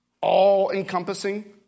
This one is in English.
all-encompassing